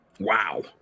Wow